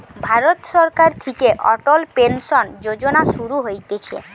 ভারত সরকার থিকে অটল পেনসন যোজনা শুরু হইছে